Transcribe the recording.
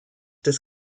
des